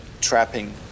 trapping